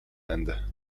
ende